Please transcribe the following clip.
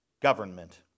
government